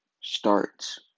starts